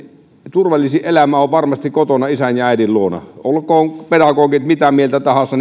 turvallisin elämä on varmasti kotona isän ja äidin luona olkoot pedagogit mitä mieltä tahansa